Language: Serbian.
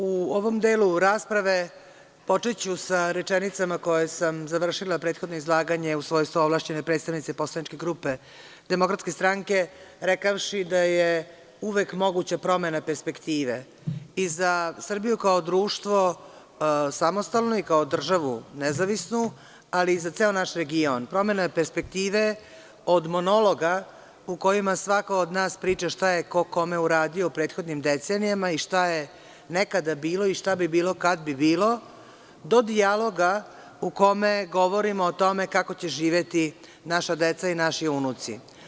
U ovom delu rasprave počeću sa rečenicama kojima sam završila prethodno izlaganje u svojstvu ovlašćene predstavnice poslaničke grupe DS, rekavši da je uvek moguća promena perspektive i za Srbiju kao društvo samostalno kao nezavisnu državu, ali i za ceo naš region, promena perspektive od monologa u kojima svako od nas priča šta je ko kome uradio u prethodnim decenijama i šta je nekada bilo i šta bi bilo kad bi bilo, do dijaloga u kome govorimo o tome kako će živeti naša deca i naši unuci.